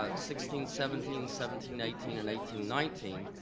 ah sixteen seventeen, seventeen eighteen, and eighteen nineteen,